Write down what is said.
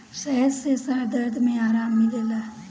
शहद से सर दर्द में आराम मिलेला